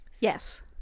Yes